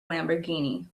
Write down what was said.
lamborghini